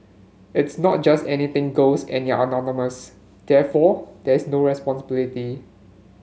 it's not just anything goes and you're anonymous therefore there is no responsibility